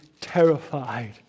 terrified